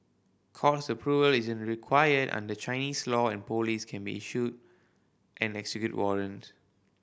court approval isn't required under Chinese law and police can issue and execute warrants